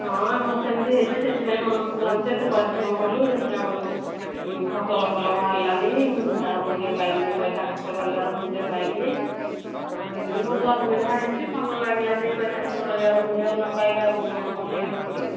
ହଁ ଆମର ସେମିତି ହେଇଛି ସେଥିପାଇଁ ମନଦୁଃଖ ଲାଗୁଛି ଏତେ ପରିଶ୍ରମ କଲୁ ଦେଖିଲାବେଳକୁ ଫସଲ ଭଲ ବାହାରିଲା ନି ତା ର ମୂଲ୍ୟ ପାଇଲିନି ପଇସା ଖର୍ଚ୍ଚ କରିବାର ମୂଲ୍ୟ ପାଇଲିନି ଆଉ ଏମିତି ବହୁତ ଅସୁବିଧା ହେଇଛି ଭଲ ଲାଗିଲାନି ପଇସା ଖର୍ଚ୍ଚ କରିବାର ମୂଲ୍ୟ ନପାଇଲେ ଆଉ ମନ ଭଲଲାଗିବ କି